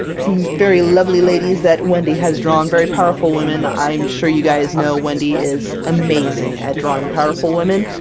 some very lovely ladies that wendy has drawn, very powerful women! i'm sure you guys know, wendy is amazing at drawing powerful women,